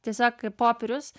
tiesiog popierius